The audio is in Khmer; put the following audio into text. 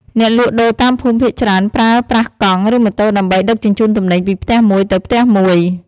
អ្នកលក់ដូរតាមភូមិភាគច្រើនប្រើប្រាស់កង់ ឬម៉ូតូដើម្បីដឹកជញ្ជូនទំនិញពីផ្ទះមួយទៅផ្ទះមួយ។